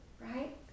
Right